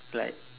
like